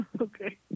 Okay